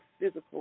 physical